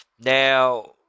Now